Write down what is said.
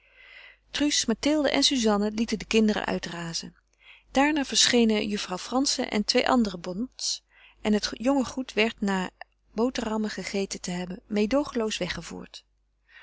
truus mathilde en suzanne lieten de kinderen uitrazen daarna verschenen juffrouw frantzen en de twee andere bonnes en het jonge goed werd na boterhammen gegeten te hebben meêdoogenloos weggevoerd